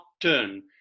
turn